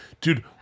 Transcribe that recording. Dude